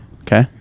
okay